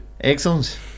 Excellent